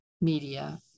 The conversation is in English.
media